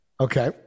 Okay